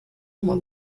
uma